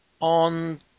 on